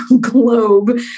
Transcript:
globe